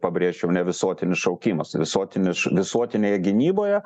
pabrėžčiau ne visuotinis šaukimas visuotinis š visuotinėje gynyboje